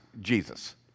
Jesus